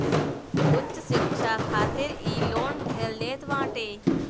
उच्च शिक्षा खातिर इ लोन ढेर लेत बाटे